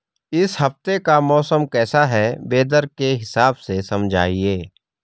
इस हफ्ते का मौसम कैसा है वेदर के हिसाब से समझाइए?